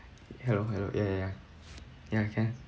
hello hello ya ya ya ya can